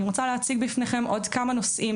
אני רוצה להציג בפניכם עוד כמה נושאים,